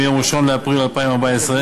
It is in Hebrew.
מיום 1 באפריל 2014,